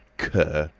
cur!